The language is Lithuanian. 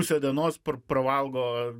pusę dienos pravalgo